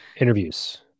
Interviews